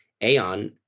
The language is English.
Aon